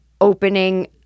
opening